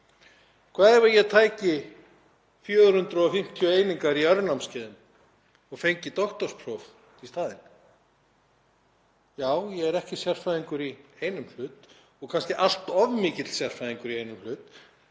Hvað ef ég tæki 450 einingar í örnámskeiðum og fengi doktorspróf í staðinn. Já, ég væri ekki sérfræðingur í einum hlut, og kannski allt of mikill sérfræðingur í einum hlut,